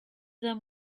them